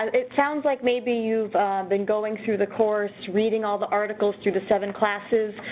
and it sounds like maybe you've been going through the course, reading all the articles through the seven classes,